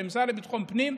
של המשרד לביטחון פנים.